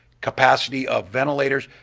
capacity of ventilators,